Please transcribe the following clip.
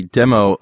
demo